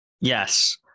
Yes